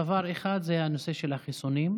דבר אחד זה הנושא של החיסונים.